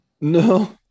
No